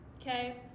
okay